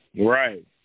Right